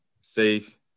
safe